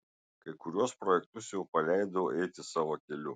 kai kuriuos projektus jau paleidau eiti savo keliu